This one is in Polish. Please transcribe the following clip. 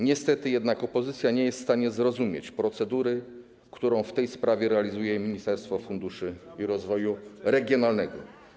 Niestety opozycja nie jest jednak w stanie zrozumieć procedury, którą w tej sprawie realizuje Ministerstwo Funduszy i Rozwoju Regionalnego.